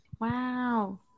Wow